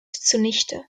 zunichte